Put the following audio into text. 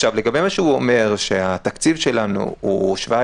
לגבי מה שהוא אומר שהתקציב שלנו הוא 17